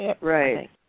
Right